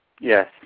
Yes